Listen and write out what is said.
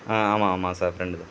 ஆ ஆமாம் ஆமாம் sir friend தான்